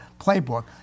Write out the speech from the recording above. playbook